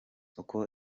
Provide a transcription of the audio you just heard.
uko